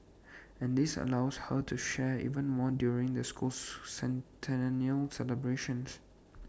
and this allows her to share even more during the school's centennial celebrations